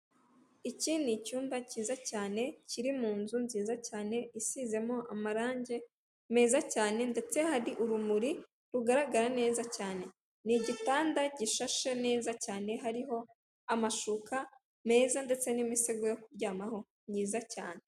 Iki ni icyumba cyiza cyane, kiri mu nzu nziza cyane, isizemo amarangi meza cyane, ndetse hari urumuri rugaragara neza cyane, n'igitanda gishashe neza cyane, hariho amashuka meza ndetse n'imisego yo kuryamaho myiza cyane.